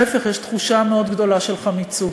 להפך, יש תחושה מאוד גדולה של חמיצות,